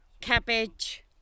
cabbage